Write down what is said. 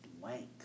blank